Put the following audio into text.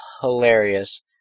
hilarious